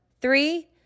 three